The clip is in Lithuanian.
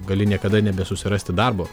gali niekada ir nebesusirasti darbo